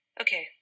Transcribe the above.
Okay